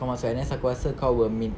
kau masuk N_S aku rasa kau will meet